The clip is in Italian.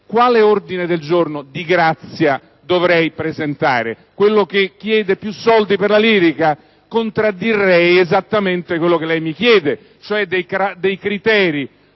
quale ordine del giorno, di grazia, dovrei presentare, quello che chiede più soldi per la lirica? Contraddirei esattamente quanto lei mi chiede, cioè dei criteri